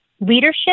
leadership